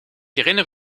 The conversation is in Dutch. herinner